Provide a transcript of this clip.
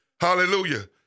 Hallelujah